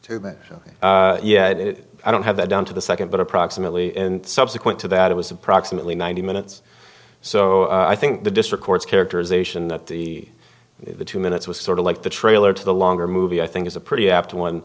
two minutes yet it i don't have that down to the second but approximately in subsequent to that it was approximately ninety minutes so i think the district court's characterization that the the two minutes was sort of like the trailer to the longer movie i think is a pretty apt one